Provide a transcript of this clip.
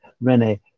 Rene